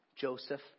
Joseph